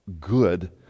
good